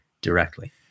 directly